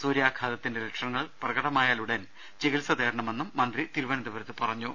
സൂര്യാഘാതത്തിന്റെ ലക്ഷണങ്ങൾ പ്രകടമായാലുടൻ ചികിത്സ തേടണമെന്നും മന്ത്രി തിരുവനന്തപുരത്ത് പറഞ്ഞു